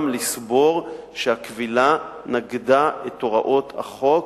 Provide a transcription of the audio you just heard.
לסבור שהכבילה נגדה את הוראות החוק,